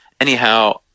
anyhow